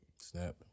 Snap